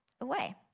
away